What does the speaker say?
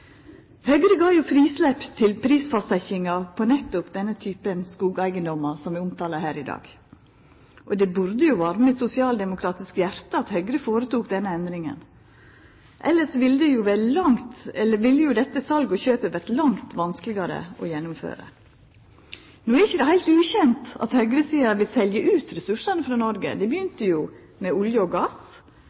Høgre gav frislepp til prisfastsetjinga på nettopp den typen skogeigedommar som er omtala her i dag, og det burde varma eit sosialdemokratisk hjarte at Høgre føretok denne endringa. Elles ville jo dette salet og kjøpet vore langt vanskelegare å gjennomføra. No er det ikkje heilt ukjent at høgresida vil selja ut ressursane frå Noreg. Det begynte med olje og gass,